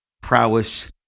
prowess